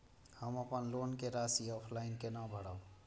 हम अपन लोन के राशि ऑफलाइन केना भरब?